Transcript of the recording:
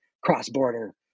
cross-border